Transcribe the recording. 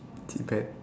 cheephant